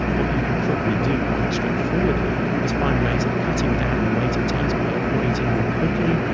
what you can probably do quite straightforwardly is find ways of cutting down on waiting times by operating more quickly,